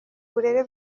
uburere